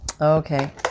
Okay